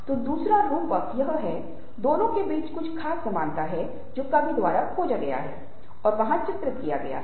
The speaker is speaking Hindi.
तो दूसरा रूपक यह है दोनों के बीच कुछ खास समानता है जो कवि द्वारा खोजा गया है और वहां चित्रित किया गया है